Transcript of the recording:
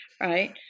Right